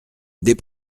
des